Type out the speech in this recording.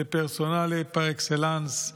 זה פרסונלי פר אקסלנס.